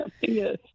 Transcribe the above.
yes